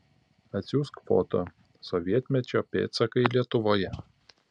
atsiųsk foto sovietmečio pėdsakai lietuvoje